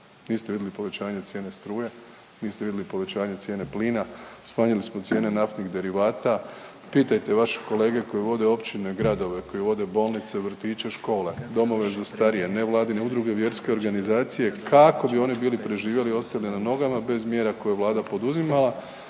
niste vidjeli povećanje cijene struje, niste vidjeli povećanje cijene plina, smanjili smo cijene naftnih derivata. Pitajte vaše kolege koji vode općine i gradove, koji vode bolnice, vrtiće, škole, domove za starije, nevladine udruge, vjerske organizacije, kako bi oni bili preživjeli i ostali na nogama bez mjera koje je Vlada poduzimala,